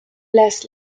las